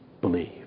believe